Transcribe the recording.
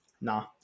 Nah